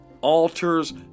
altars